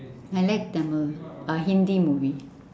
I like tamil hindi movie